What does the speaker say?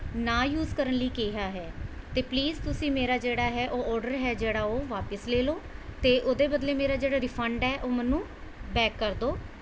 ਨਾ ਯੂਜ਼ ਕਰਨ ਲਈ ਕਿਹਾ ਹੈ ਅਤੇ ਪਲੀਜ਼ ਤੁਸੀਂ ਮੇਰਾ ਜਿਹੜਾ ਹੈ ਉਹ ਔਡਰ ਹੈ ਜਿਹੜਾ ਉਹ ਵਾਪਸ ਲੈ ਲਓ ਅਤੇ ਉਹਦੇ ਬਦਲੇ ਮੇਰਾ ਜਿਹੜਾ ਰਿਫੰਡ ਹੈ ਉਹ ਮੈਨੂੰ ਬੈਕ ਕਰ ਦਿਉ